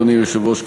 אדוני היושב-ראש,